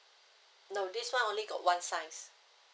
no this one only got one size